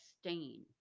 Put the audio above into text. stain